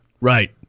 Right